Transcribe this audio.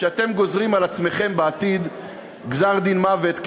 שאתם גוזרים על עצמכם גזר-דין מוות בעתיד